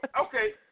Okay